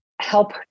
help